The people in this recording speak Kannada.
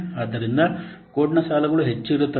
ಆದ್ದರಿಂದ ಕೋಡ್ನ ಸಾಲುಗಳು ಹೆಚ್ಚು ಇರುತ್ತವೆ